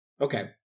Okay